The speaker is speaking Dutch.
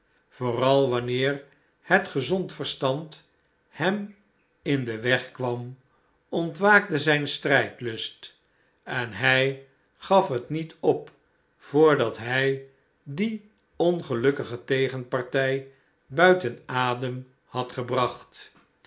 vooral wanneer het gezond verstand hem in den weg kwam ontwaakte zijn strijdlust en hij gaf het niet op voordat hij die ongelukkige tegenpartij buiten adem had gebracht